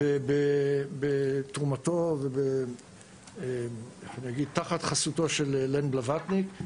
בתרומתו ותחת חסותו של לן בלווטניק.